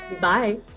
bye